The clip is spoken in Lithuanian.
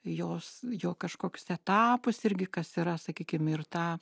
jos jo kažkokius etapus irgi kas yra sakykim ir ta